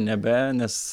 nebe nes